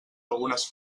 algunes